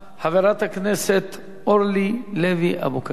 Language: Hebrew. חברת הכנסת אורלי לוי אבקסיס,